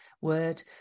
word